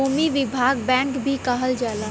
भूमि विकास बैंक भी कहल जाला